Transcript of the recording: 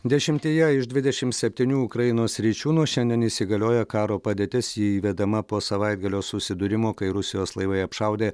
dešimtyje iš dvidešimt septynių ukrainos sričių nuo šiandien įsigalioja karo padėtis įvedama po savaitgalio susidūrimo kai rusijos laivai apšaudė